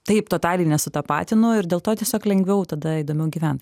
taip totaliai nesutapatinu ir dėl to tiesiog lengviau tada įdomiau gyvent